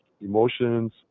emotions